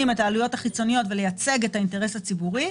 את העלויות החיצוניות ולייצג את האינטרס הציבורי,